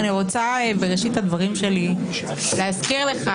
אני רוצה בראשית הדברים שלי להזכיר לך,